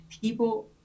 People